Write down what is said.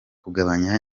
kugabanya